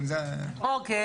--- אוקיי.